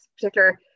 particular